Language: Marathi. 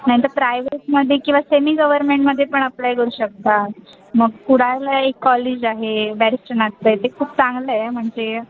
नाहीतर प्रायवेटमध्ये किंवा सेमी गव्हर्मेंटमध्ये पण अप्लाय करू शकतात मग कुडाळला एक कॉलेज आहे बॅरीस्टर नाथ पै ते खूप चांगलं आहे म्हणजे